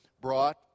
brought